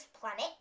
planet